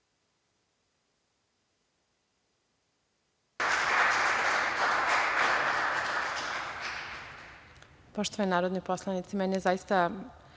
Poštovani narodni poslanici, meni je zaista